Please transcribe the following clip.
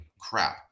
crap